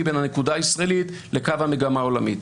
בין הנקודה הישראלית לקו המגמה העולמית,